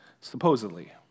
supposedly